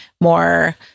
more